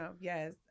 Yes